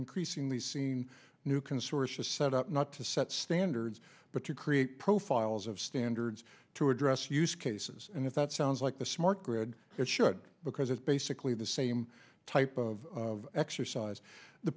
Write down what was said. increasingly seeing new consortia set up not to set standards but you create profiles of standards to address use cases and if that sounds like a smart grid it should because it's basically the same type of exercise the